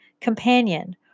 companion